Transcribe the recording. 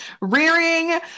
rearing